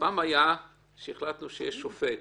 פעם החלטנו שיש שופט,